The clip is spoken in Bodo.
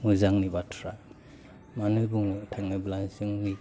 मोजांनि बाथ्रा मानो बुंनो थाङोब्ला जोंनि